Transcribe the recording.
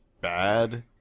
bad